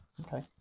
okay